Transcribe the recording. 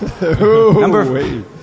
Number